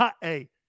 hey